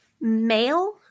male